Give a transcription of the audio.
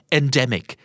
endemic